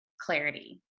clarity